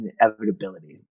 inevitability